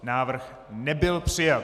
Návrh nebyl přijat.